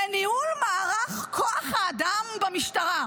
לניהול מערך כוח האדם במשטרה.